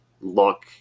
look